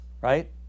Right